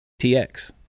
TX